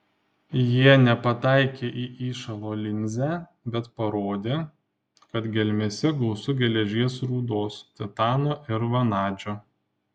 jie nepataikė į įšalo linzę bet parodė kad gelmėse gausu geležies rūdos titano ir vanadžio